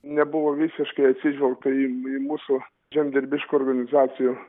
nebuvo visiškai atsižvelgta į į mūsų žemdirbiškų organizacijų